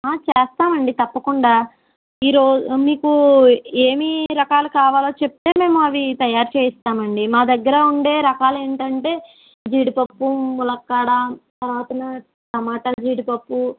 చేస్తామండి తప్పకుండా ఈరోజు మీకు ఏమి రకాలు కావాలో చెప్తే మేమవి తయారు చేయిస్తామండీ మా దగ్గర ఉండే రకాలేంటంటే జీడిపప్పు ములక్కాడ కోకోనట్ టమాటా జీడిపప్పు